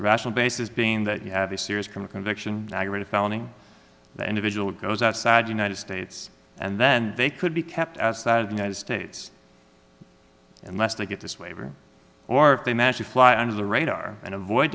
rational basis being that you have a serious crime a conviction rate a felony that individual goes outside united states and then they could be kept outside of the united states unless they get to slavery or if they manage to fly under the radar and avoid